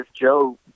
Joe